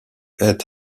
est